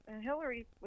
Hillary